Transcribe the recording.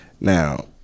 Now